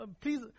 please